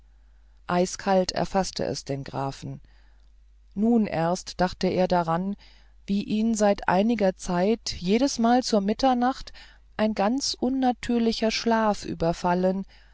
eiskalt erfaßte es den grafen nun erst dachte er daran wie ihn seit einiger zeit jedesmal zur mitternacht ein ganz unnatürlicher schlaf überfallen